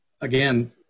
again